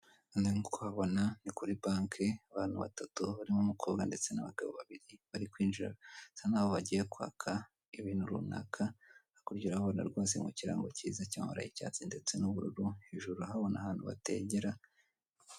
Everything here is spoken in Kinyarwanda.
Nkuko uri kuhabona ni kuri banke abantu batatu barimo umukobwa ndetse n'abagabo babiri bari kwinjira bisa naho bagiye kwaka ibintu runaka, kuri ibyo urahabona rwose mu kirango kiza cy'amabara y'icyatsi ndetse n'ubururu, hejuru urahabona ahantu bategera.